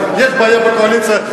יש בעיות בקואליציה,